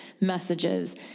messages